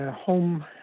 home